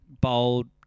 bold